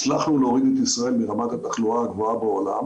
הצלחנו להוריד את ישראל מרמת התחלואה הגבוהה בעולם